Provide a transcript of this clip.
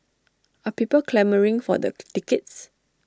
are people clamouring for the tickets